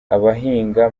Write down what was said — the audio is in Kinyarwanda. abahinga